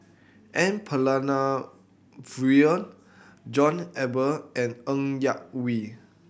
N Palanivelu John Eber and Ng Yak Whee